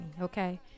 okay